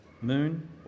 moon